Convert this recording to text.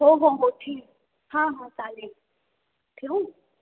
हो हो हो ठीक हां हां चालेल ठेवू